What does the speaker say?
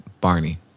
Barney